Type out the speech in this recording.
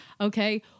Okay